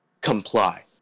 comply